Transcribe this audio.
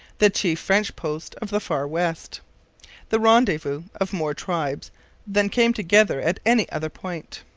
the chief french post of the far west the rendezvous of more tribes than came together at any other point.